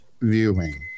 viewing